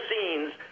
scenes